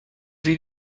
sie